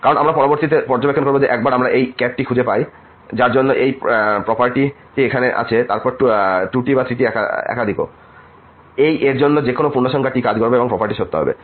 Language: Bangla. কারণ আমরা পরবর্তীতে পর্যবেক্ষণ করবো যে একবার আমরা এই T খুঁজে পাই যার জন্য এই প্রপারটি টি এখানে আছে তারপর 2T বা 3Tএকাধিকও এই এর যেকোনো পূর্ণসংখ্যা T কাজ করবে এবং এই প্রপারটি সত্য হবে